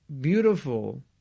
beautiful